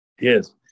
Yes